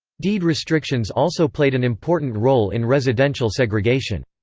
deed restrictions also played an important role in residential segregation.